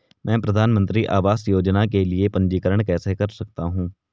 मैं प्रधानमंत्री आवास योजना के लिए पंजीकरण कैसे कर सकता हूं?